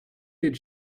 did